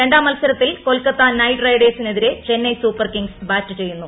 രണ്ടാം മത്സരത്തിൽ കൊൽക്കത്ത നൈറ്റ് റൈഡേഴ്സിനെതിരെ ചെന്നൈ സൂപ്പർ കിംഗ്സ് ബാറ്റ് ചെയ്യുന്നു